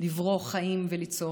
לברוא חיים וליצור,